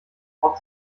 wort